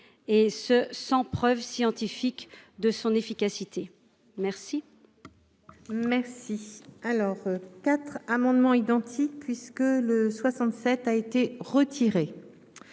et ce, sans preuve scientifique de son efficacité, merci. Merci alors 4 amendements identiques, puisque le 67. Es retiré,